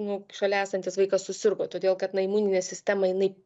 nu šalia esantis vaikas susirgo todėl kad jinai imuninė sistema jinai